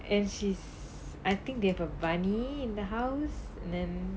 and she's I think they have a bunny in the house then